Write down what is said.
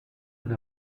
elle